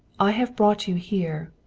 i have brought you here,